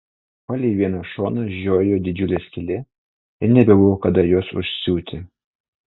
palei vieną šoną žiojėjo didžiulė skylė ir nebebuvo kada jos užsiūti